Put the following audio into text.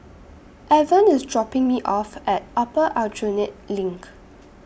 Avon IS dropping Me off At Upper Aljunied LINK